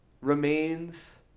remains